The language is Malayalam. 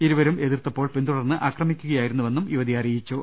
ഇരുവരും എതിർത്തപ്പോൾ പിന്തുടർന്ന് ആക്രമിക്കുകയാ യിരുന്നുവെന്ന് യുവതി അറിയിച്ചു